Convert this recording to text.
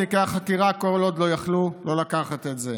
תיקי החקירה כל עוד יכלו לא לקחת את זה,